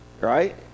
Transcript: Right